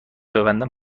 ببندم